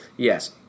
Yes